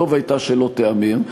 וטוב היה שלא תיאמר.